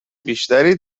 بیشتری